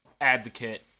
advocate